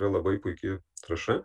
yra labai puiki trąša